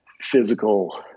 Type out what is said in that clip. physical